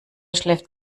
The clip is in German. schläft